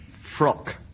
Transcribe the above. Frock